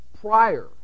prior